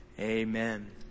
Amen